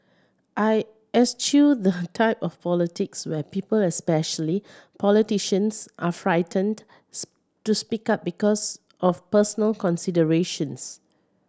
I eschew the type of politics where people especially politicians are frightened to speak up because of personal considerations